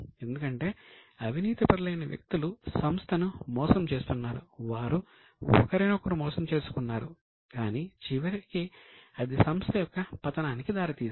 ఎందుకంటే అవినీతిపరులైన వ్యక్తులు సంస్థను మోసం చేస్తున్నారు వారు ఒకరినొకరు మోసం చేసుకున్నారు కాని చివరికి అది సంస్థ యొక్క పతనానికి దారి తీసింది